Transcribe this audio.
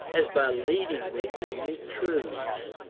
as by leading me to new truths,